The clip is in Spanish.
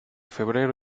febrero